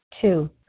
Two